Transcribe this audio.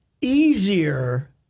easier